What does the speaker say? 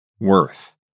Worth